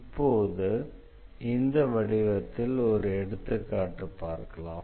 இப்போது இந்த வடிவத்தில் ஒரு எடுத்துக்காட்டை பார்க்கலாம்